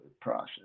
process